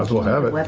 as well have it.